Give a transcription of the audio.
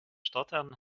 stottern